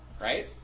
right